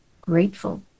grateful